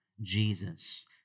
Jesus